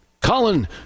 Colin